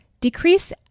Decrease